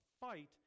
fight